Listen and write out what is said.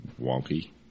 wonky